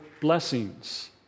blessings